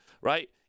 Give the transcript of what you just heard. right